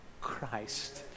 Christ